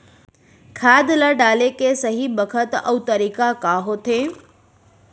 खाद ल डाले के सही बखत अऊ तरीका का होथे?